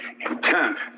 intent